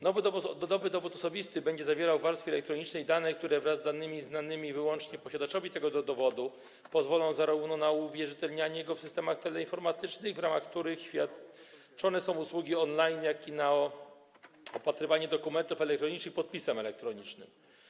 Nowy dowód osobisty będzie zawierał w warstwie elektronicznej dane, które wraz z danymi znanymi wyłącznie posiadaczowi tego dowodu pozwolą zarówno na uwierzytelnianie go w systemach teleinformatycznych, w ramach których świadczone są usługi on-line, jak i na opatrywanie dokumentów elektronicznych podpisem elektronicznym.